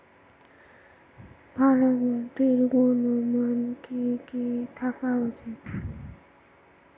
ভালো মাটির গুণমান কি কি থাকা উচিৎ?